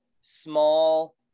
small